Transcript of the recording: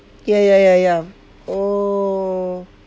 ya ya ya ya oh